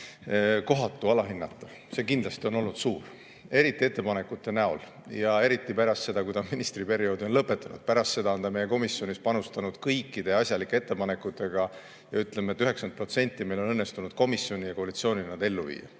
kohatu alahinnata. See kindlasti on olnud suur, eriti ettepanekute näol. Ja eriti pärast seda, kui ta on ministriperioodi lõpetanud, on ta meie komisjonis panustanud kõikide asjalike ettepanekutega. Ütleme, et 90% meil on õnnestunud komisjoni ja koalitsioonina nad ellu viia.